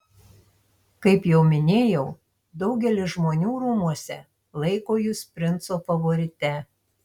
kaip jau minėjau daugelis žmonių rūmuose laiko jus princo favorite